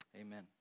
Amen